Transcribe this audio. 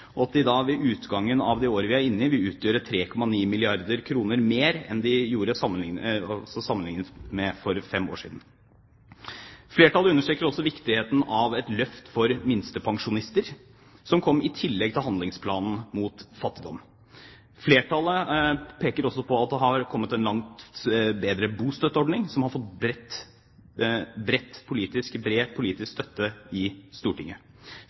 Ved utgangen av dette året vi er inne i, vil det utgjøre 3,9 milliarder kr mer sammenlignet med for fem år siden. Flertallet understreker også viktigheten av et løft for minstepensjonister, som kom i tillegg til handlingsplanen mot fattigdom. Flertallet peker også på at det har kommet en langt bedre bostøtteordning, som har fått bred politisk støtte i Stortinget.